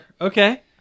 okay